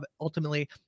ultimately